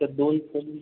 आता दोन